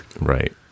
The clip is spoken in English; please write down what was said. Right